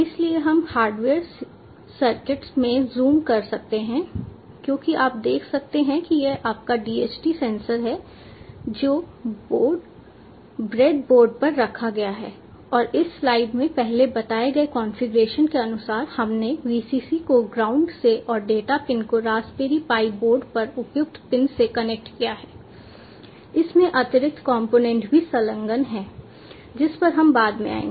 इसलिए हम hardware circuitry में ज़ूम कर सकते हैं क्योंकि आप देख सकते हैं कि यह आपका DHT सेंसर है जो ब्रेडबोर्ड पर रखा गया है और इस स्लाइड में पहले बताए गए कॉन्फ़िगरेशन के अनुसार हमने VCC को ग्राउंड से और डेटा पिन को रास्पबेरी पाई बोर्ड पर उपयुक्त पिन से कनेक्ट किया है इसमें अतिरिक्त कंपोनेंट भी संलग्न हैं जिस पर हम बाद में आएंगे